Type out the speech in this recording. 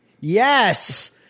yes